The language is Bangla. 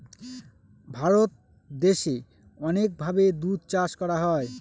ভারত দেশে অনেক ভাবে দুধ চাষ করা হয়